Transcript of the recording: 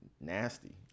nasty